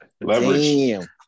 Leverage